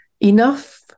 Enough